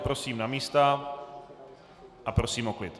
Prosím na místa a prosím o klid.